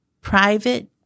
private